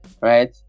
right